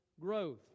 growth